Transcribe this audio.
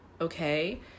okay